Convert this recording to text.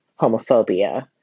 homophobia